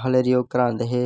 फिर मेरी ओह् करांदे हे